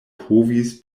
povis